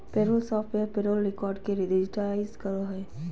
payroll software payroll record के digitise करो हइ